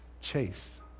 Chase